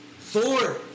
Thor